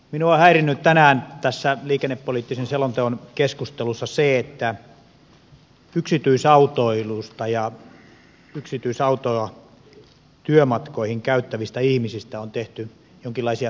minua on häirinnyt tänään tässä liikennepoliittisen selonteon keskustelussa se että yksityisautoilusta ja yksityisautoa työmatkoihin käyttävistä ihmisistä on tehty jonkinlaisia syntipukkeja